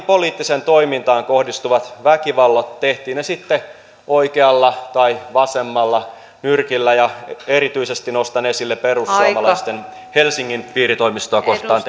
poliittiseen toimintaan kohdistuvan väkivallan tehtiin se sitten oikealla tai vasemmalla nyrkillä ja erityisesti nostan esille perussuomalaisten helsingin piiritoimistoa kohtaan